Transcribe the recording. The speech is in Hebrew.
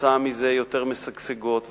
וכתוצאה מזה יותר משגשגות וכדומה,